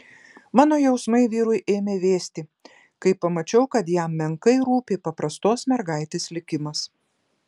mano jausmai vyrui ėmė vėsti kai pamačiau kad jam menkai rūpi paprastos mergaitės likimas